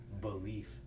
belief